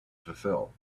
fulfill